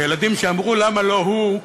הילדים שאמרו "למה לא הוא",